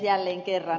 jälleen kerran